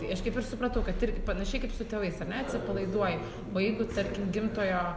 tai aš kaip ir supratau kad irgi panašiai kaip su tėvais a ne atsipalaiduoji o jeigu tarkim gimtojo